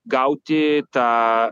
gauti tą